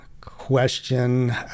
question